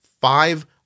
five